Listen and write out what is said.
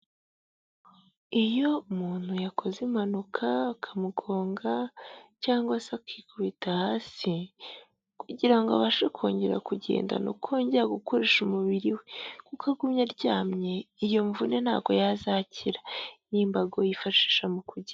Iyo umuntu yakoze impanuka bakamugonga cyangwa se akikubita hasi kugira ngo abashe kongera kugenda n'uko yongera gukoresha umubiri we kuko agumye aryamye, iyo mvune ntago yazakira. Iyi mbago yifashishwa mu kugenda.